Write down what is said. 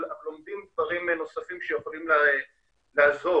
אבל לומדים דברים נוספים שיכולים לעזור.